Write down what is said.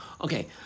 Okay